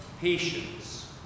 patience